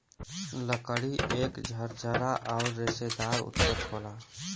लकड़ी एक झरझरा आउर रेसेदार ऊतक होला